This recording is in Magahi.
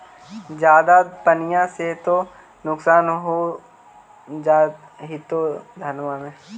ज्यादा पनिया से तो नुक्सान हो जा होतो धनमा में?